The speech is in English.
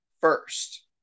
first